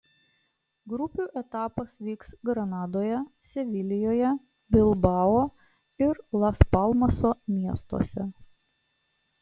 grupių etapas vyks granadoje sevilijoje bilbao ir las palmaso miestuose